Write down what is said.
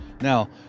Now